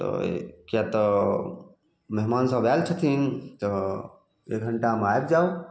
तऽ किया तऽ मेहमान सब आयल छथिन तऽ एक घण्टामे आबि जाउ